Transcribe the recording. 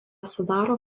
sudaro